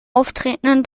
auftretenden